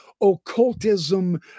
occultism